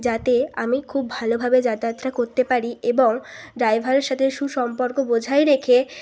যাতে আমি খুব ভালোভাবে যাতায়াতটা করতে পারি এবং ড্রাইভারের সাথে সুসম্পর্ক বজায় রেখে